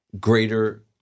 greater